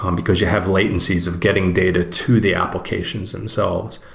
um because you have latencies of getting data to the applications themselves.